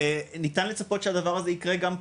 וניתן לצפות שהדבר הזה יקרה גם פה.